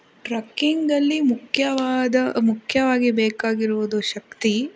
ಟ್ರಕ್ಕಿಂಗಲ್ಲಿ ಮುಖ್ಯವಾದ ಮುಖ್ಯವಾಗಿ ಬೇಕಾಗಿರುವುದು ಶಕ್ತಿ